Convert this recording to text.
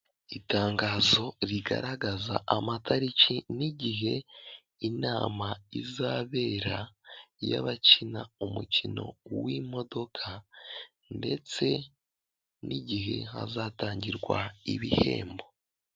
Itangazo rigaragaza amatariki n'igihe inama izabera y'abakina umukino w'imodoka ndetse n'igihe hazatangirwa ibihembo.